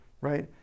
right